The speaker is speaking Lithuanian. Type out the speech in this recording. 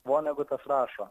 vonegutas rašo